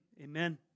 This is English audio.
amen